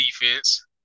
defense